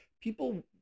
People